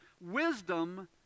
wisdom